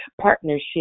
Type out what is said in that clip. partnership